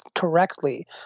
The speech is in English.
correctly